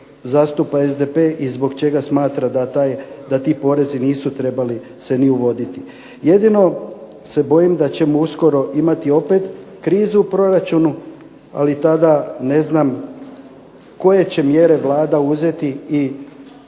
zastupa SDP i zbog čega smatra da ti porezi nisu se trebali ni uvoditi. Jedino se bojim da ćemo uskoro imati krizu u proračunu, ali tada ne znam koje će mjere Vlada poduzeti i